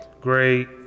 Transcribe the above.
great